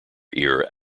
ear